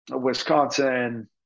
Wisconsin